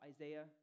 Isaiah